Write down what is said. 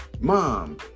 Mom